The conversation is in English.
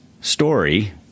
story